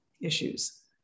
issues